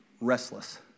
Restless